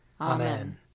Amen